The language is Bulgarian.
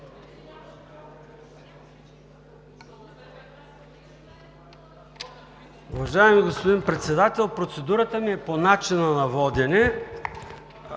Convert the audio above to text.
Уважаеми господин Председател, процедурата ми е по начина на водене.